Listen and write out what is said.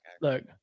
Look